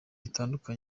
bitandatu